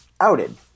outed